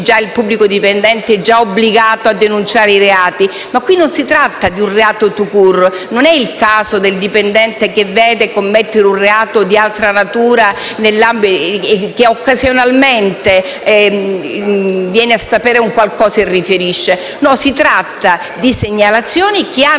il pubblico dipendente è già obbligato a denunciare reati. Qui non si tratta di un reato *tout court*; non è il caso del dipendente che vede commettere un reato di altra natura o che occasionalmente viene a sapere di qualcosa e riferisce. Si tratta di segnalazioni che hanno